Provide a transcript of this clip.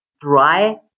dry